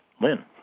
Lynn